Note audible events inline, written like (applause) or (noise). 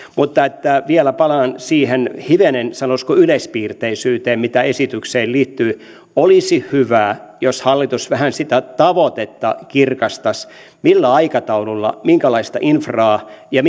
mutta vielä palaan hivenen siihen sanoisiko yleispiirteisyyteen mitä esitykseen liittyy olisi hyvä jos hallitus vähän sitä tavoitetta kirkastaisi että millä aikataululla minkälaista infraa ja (unintelligible)